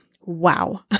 Wow